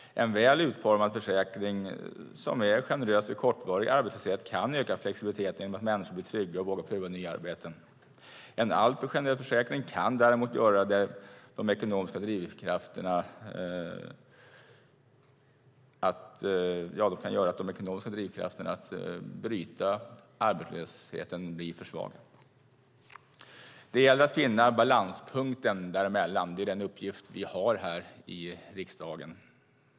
En väl utformad försäkring som är generös vid kortvarig arbetslöshet kan öka flexibiliteten genom att människor blir trygga och vågar prova nya arbeten. En alltför generös försäkring kan däremot göra att de ekonomiska drivkrafterna att bryta arbetslösheten blir för svaga. Det gäller att finna balanspunkten däremellan; det är den uppgift vi har här i riksdagen.